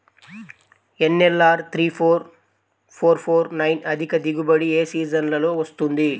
NLR three four four four nine అధిక దిగుబడి ఏ సీజన్లలో వస్తుంది?